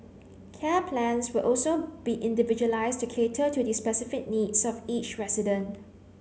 care plans will also be individualised to cater to the specific needs of each resident